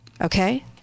Okay